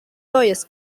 neues